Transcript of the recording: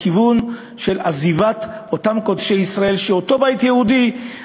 לכיוון של עזיבת אותם קודשי ישראל שהבית היהודי